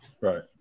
right